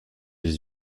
des